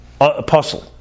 apostle